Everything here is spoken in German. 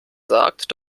sagt